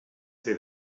say